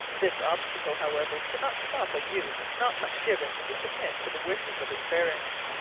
this obstacle, however, could not stop a youth not much given to submit to the wishes of his parents.